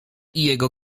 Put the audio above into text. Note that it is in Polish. jego